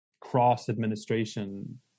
cross-administration